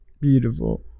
Beautiful